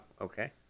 okay